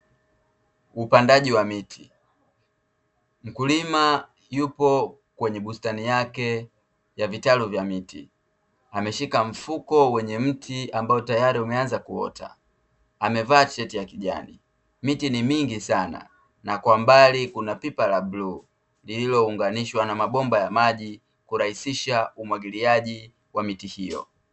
Upandaji wa miti. Mkulima yupo kwenye bustani yake ya vitalu vya miti, ameshika mfuko wenye mti ambao tayari umeanza kuota, amevaa shati ya kijani, miti ni mingi sana na kwa mbali kuna pipa la bluu lililounganishwa na mabomba ya maji kurahisisha umwagiliaji wa miti hiyo.